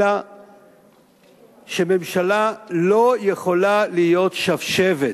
אלא שממשלה לא יכולה להיות שבשבת.